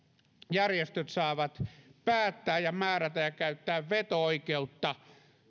järjestöt saavat päättää ja määrätä ja käyttää veto oikeutta